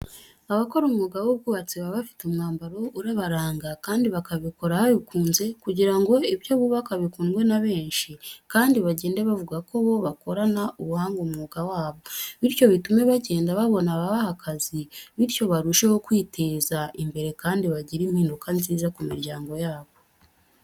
Abakora umwuga w'ubwubatsi baba bafite umwambaro urabaranga kandi bakabikora babikunze kugira ngo ibyo bubaka bikundwe na benshi, kandi bagende bavuga ko bo bakorana ubuhanga umwuga wabo bityo bitume bagenda babona ababaha akazi bityo barusheho kwiteza imbere kandi bagire impinduka nziza ku miryango yabo.